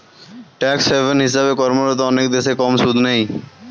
tax haven হিসেবে কর্মরত অনেক দেশ কম সুদ নেয়